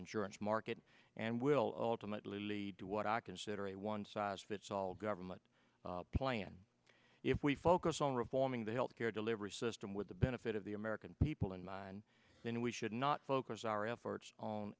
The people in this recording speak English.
insurance market and will ultimately lead to what i consider a one size fits all government plan if we focus on reforming the health care delivery system with the benefit of the american people in mind then we should not focus our efforts on